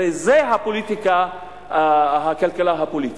הרי זה הכלכלה הפוליטית.